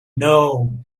know